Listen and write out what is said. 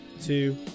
two